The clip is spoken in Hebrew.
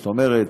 זאת אומרת,